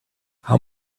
how